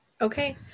Okay